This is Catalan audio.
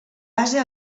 base